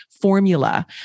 formula